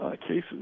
cases